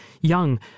young